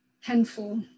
handful